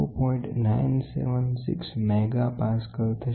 976 MPa થશે